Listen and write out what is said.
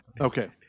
Okay